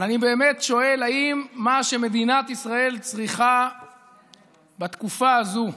אבל אני באמת שואל: האם מה שמדינת ישראל צריכה בתקופה הזו,